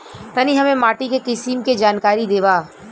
तनि हमें माटी के किसीम के जानकारी देबा?